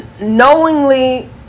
knowingly